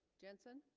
jensen